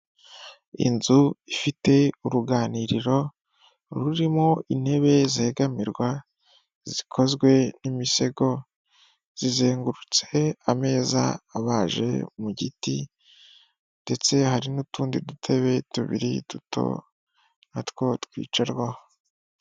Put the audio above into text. Inzu ifite uruganiriro rurimo intebe zegamirwa zikozwe n'imisego, zizengurutse ameza abaje mu giti, ndetse hari n'utundi dutebe tubiri duto natwo twicarwaho.